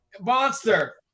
monster